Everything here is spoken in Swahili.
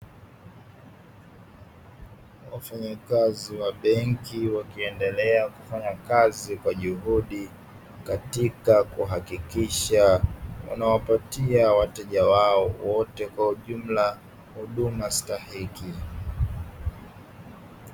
Wafanyakazi wa benki wakiendelea kufanya kazi kwa juhudi, katika kuhakikisha wanawapatia wateja wao wote kwa ujumla huduma stahiki.